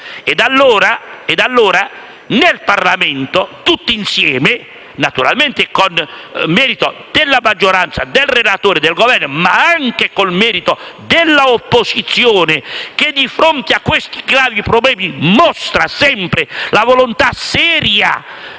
questo, in Parlamento, tutti insieme, naturalmente con il merito della maggioranza, del relatore, del Governo, ma anche per merito dell'opposizione, che di fronte a questi gravi problemi mostra sempre la volontà seria